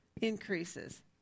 increases